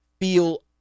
feel